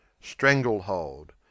stranglehold